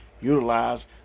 utilize